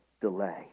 delay